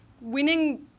Winning